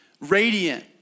radiant